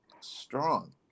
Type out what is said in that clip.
strong